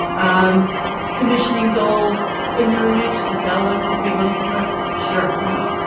um commissioning dolls in your image to sell them, to make money from it sure, why not?